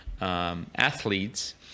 athletes